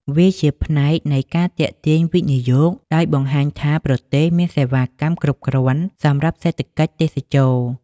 វាជាផ្នែកនៃការទាក់ទាញវិនិយោគ ដោយបង្ហាញថាប្រទេសមានសេវាកម្មគ្រប់គ្រាន់សម្រាប់សេដ្ឋកិច្ចទេសចរណ៍។